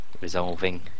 resolving